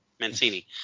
Mancini